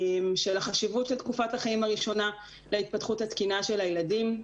של החשיבות לתקופת החיים הראשונה להתפתחות התקינה של הילדים.